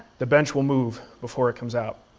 the bench will move before it comes out.